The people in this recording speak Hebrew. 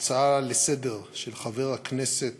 ההצעה לסדר-היום של ידידי חבר הכנסת